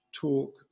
talk